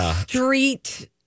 street